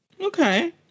Okay